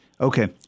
Okay